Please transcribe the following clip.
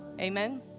Amen